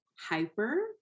Hyper